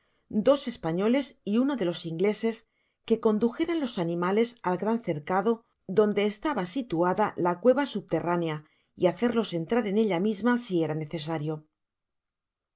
dos españoles y uno de los ingleses que condujeran los animales al gran cercado donde estaba situada la cueva subterránea y hacerlos entrar en ella misma si era necesario